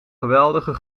geweldige